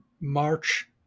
March